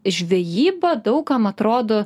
žvejyba daug kam atrodo